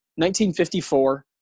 1954